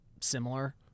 similar